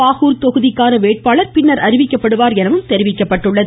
பாகூர் தொகுதிக்கான வேட்பாளர் பின்னர் அறிவிக்கப்படுவார் என தெரிவிக்கப்பட்டுள்ளது